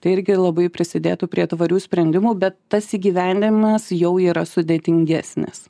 tai irgi labai prisidėtų prie tvarių sprendimų bet tas įgyvendinimas jau yra sudėtingesnis